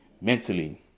mentally